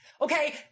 Okay